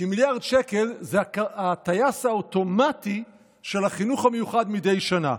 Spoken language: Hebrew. כי מיליארד שקל זה הטייס האוטומטי של החינוך המיוחד מדי שנה,